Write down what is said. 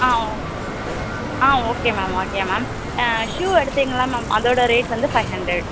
ஆ ஆ okay ma'am okay ma'am shoe எடுத்தீங்கள்ல ma'am அதோட ரேட் வந்து ஃபை ஹண்ட்ரட்